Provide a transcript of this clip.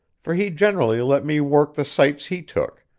for he generally let me work the sights he took,